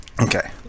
Okay